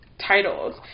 titles